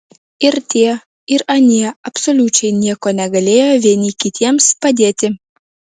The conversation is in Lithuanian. ir tie ir anie absoliučiai nieko negalėjo vieni kitiems padėti